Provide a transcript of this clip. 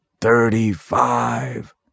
Thirty-five